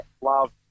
love